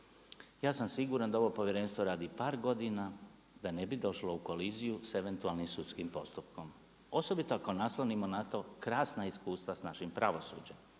ja sam siguran da ovo povjerenstvo radi par godina da ne bi došlo u koliziju sa eventualnim sudskim postupkom osobito ako naslonimo na to krasna iskustva sa našim pravosuđem.